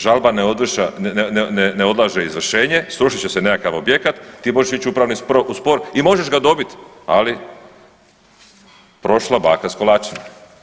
Žalba ne odlaže izvršenje, srušit će se nekakav objekat, ti možeš ići u upravni spor i možeš ga dobit, ali prošla baka s kolačima.